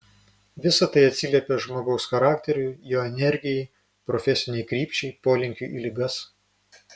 visa tai atsiliepia žmogaus charakteriui jo energijai profesinei krypčiai polinkiui į ligas